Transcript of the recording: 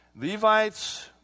Levites